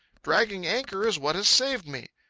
dragging anchor is what has saved me.